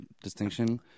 distinction